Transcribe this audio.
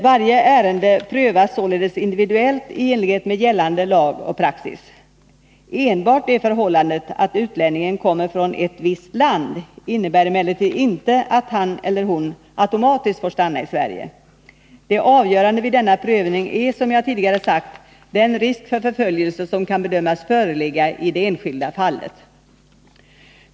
Varje ärende prövas således individuellt i enlighet med gällande lag och praxis. Enbart det förhållandet att utlänningen kommer från ett visst land innebär emellertid inte att han eller hon automatiskt får stanna i Sverige. Det avgörande vid denna prövning är, som jag tidigare sagt, den risk för förföljelse som kan bedömas föreligga i det enskilda fallet.